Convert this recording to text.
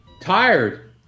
tired